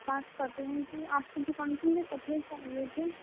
بات کر رہی ہوں کہ آپ کی دُکان سے مجھے کپڑے چاہیے تھے